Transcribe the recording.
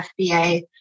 FBA